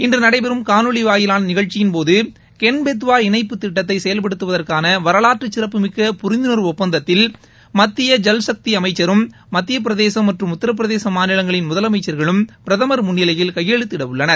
இன்று நடைபெறும் காணொலி வாயிலான நிகழ்ச்சியின்போது கென் பெத்வா இணைப்பு திட்டத்தை செயல்படுத்துவதற்கான வரலாற்றுச் சிறப்புமிக்க புரிந்துணர்வு ஒப்பந்தத்தில் மத்திய ஜல் சக்தி அமைச்சரும் மத்திய பிரதேசம் மற்றும் உத்தரப் பிரதேச மாநிலங்களின் முதலமைச்சர்களும் பிரதமர் முன்னிலையில் கையெழுத்திடவுள்ளனர்